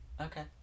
Okay